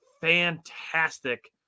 fantastic